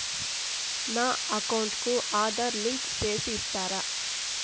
నా అకౌంట్ కు ఆధార్ లింకు సేసి ఇస్తారా?